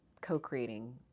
co-creating